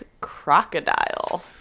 crocodile